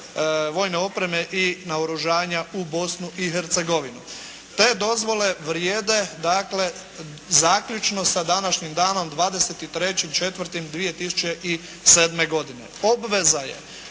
vojne opreme i naoružanja u Bosnu i Hercegovinu. Te dozvole vrijede dakle zaključno sa današnjim danom 23.4.2007. godine. Obveza je